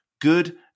good